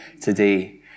today